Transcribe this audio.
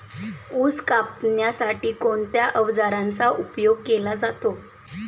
ऊस कापण्यासाठी कोणत्या अवजारांचा उपयोग केला जातो?